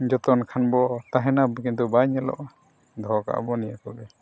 ᱡᱚᱛᱚᱱ ᱠᱷᱟᱱ ᱵᱚ ᱛᱟᱦᱮᱱᱟ ᱠᱤᱱᱛᱩ ᱵᱟᱝ ᱧᱮᱞᱚᱜᱼᱟ ᱫᱚᱦᱚ ᱠᱟᱜᱼᱟ ᱵᱚᱱ ᱱᱤᱭᱟᱹ ᱠᱚᱜᱮ